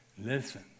Listen